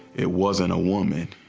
it wasn't a woman.